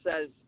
says